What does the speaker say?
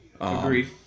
Agreed